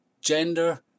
gender